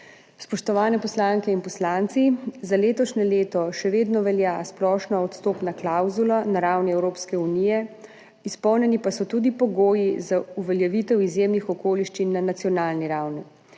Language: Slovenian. Spoštovane poslanke in poslanci! Za letošnje leto še vedno velja splošna odstopna klavzula na ravni Evropske unije, izpolnjeni pa so tudi pogoji za uveljavitev izjemnih okoliščin na nacionalni ravni.